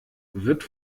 wird